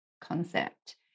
concept